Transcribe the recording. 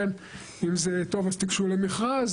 אם זה טוב אז תיגשו למכרז,